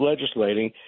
legislating